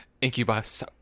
Incubus